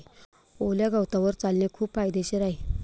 ओल्या गवतावर चालणे खूप फायदेशीर आहे